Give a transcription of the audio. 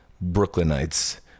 Brooklynites